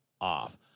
off